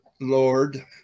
Lord